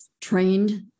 trained